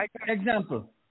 Example